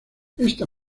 esta